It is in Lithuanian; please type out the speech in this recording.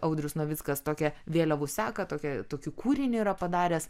audrius novickas tokia vėliavų seka tokia tokį kūrinį yra padaręs